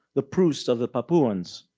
the proust of the papuans?